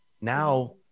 Now